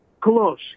close